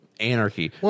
Anarchy